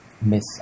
miss